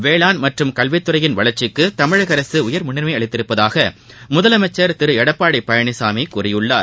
வேளாண் மற்றம் கல்வித்துறையின் வளர்ச்சிக்குதமிழகஅரசுஉயர் முன்னுரிமைஅளித்துள்ளதாகமுதலமைச்சர் திருஎடப்பாடிபழனிசாமிகூறியுள்ளார்